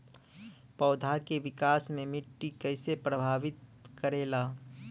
पौधा के विकास मे मिट्टी कइसे प्रभावित करेला?